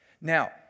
Now